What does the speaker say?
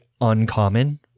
uncommon